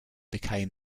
became